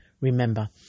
Remember